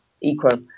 equal